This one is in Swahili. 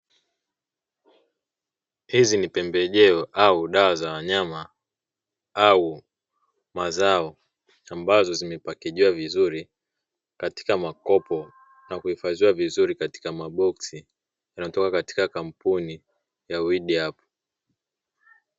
Hizi ni pembejeo au dawa za wanyama au mazao, ambazo zimepakejiwa vizuri katika makopo na kuhifadhiwa vizuri katika maboksi, inatoka katika kampuni ya "Weedup".